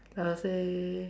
I'll say